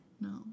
no